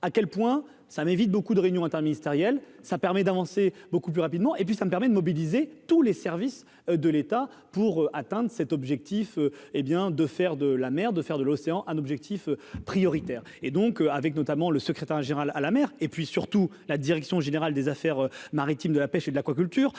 à quel point ça m'évite beaucoup de réunions interministérielles, ça permet d'avancer beaucoup plus rapidement et puis ça me permet de mobiliser tous les services de l'État pour atteindre cet objectif est bien de faire de la mère de faire de l'océan, un objectif prioritaire. Et donc, avec notamment le secrétaire général à la mer et puis, surtout, la direction générale des affaires maritimes de la pêche et de l'aquaculture,